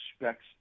expects